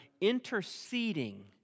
interceding